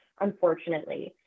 unfortunately